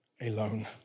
alone